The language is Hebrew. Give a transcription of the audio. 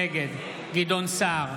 נגד גדעון סער,